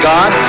God